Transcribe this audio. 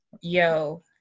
Yo